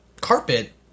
carpet